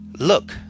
Look